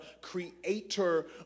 creator